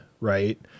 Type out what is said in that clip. right